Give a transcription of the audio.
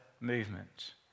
movement